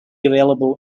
available